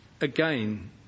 again